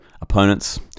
opponents